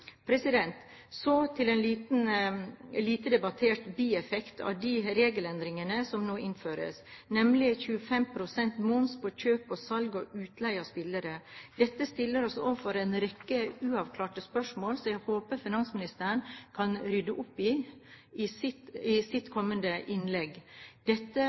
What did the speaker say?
en lite debattert bieffekt av de regelendringene som nå innføres, nemlig 25 pst. moms på kjøp, salg og utleie av spillere. Dette stiller oss overfor en rekke uavklarte spørsmål som jeg håper finansministeren kan rydde opp i i sitt kommende innlegg. Dette